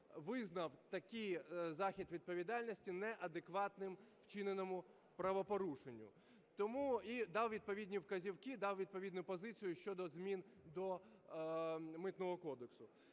визнав такий захід відповідальності неадекватним вчиненому правопорушенню, тому і дав відповідні вказівки, дав відповідну позицію щодо змін до Митного кодексу.